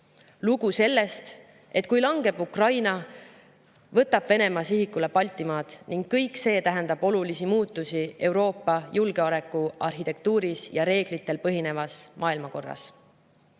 lugu sellest, et kui langeb Ukraina, võtab Venemaa sihikule Baltimaad ning kõik see tähendab olulisi muutusi Euroopa julgeolekuarhitektuuris ja reeglitel põhinevas maailmakorras. Olen